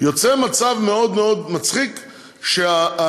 יוצא מצב מאוד מאוד מצחיק שהיהודים,